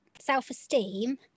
self-esteem